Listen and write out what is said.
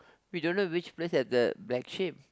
we don't know which place have the black sheep